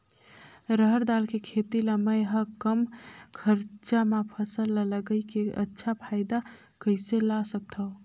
रहर दाल के खेती ला मै ह कम खरचा मा फसल ला लगई के अच्छा फायदा कइसे ला सकथव?